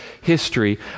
history